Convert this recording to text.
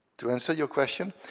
to answer your question.